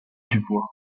dubois